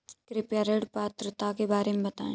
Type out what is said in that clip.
कृपया ऋण पात्रता के बारे में बताएँ?